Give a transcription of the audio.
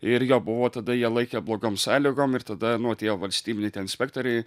irgi jo buvo tada jie laikė blogom sąlygom ir tada nu atėjo valstybiniai tie inspektoriai